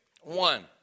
One